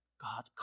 God